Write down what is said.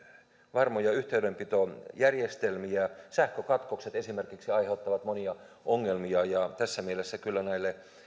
varmoja yhteydenpitojärjestelmiä esimerkiksi sähkökatkokset aiheuttavat monia ongelmia ja tässä mielessä kyllä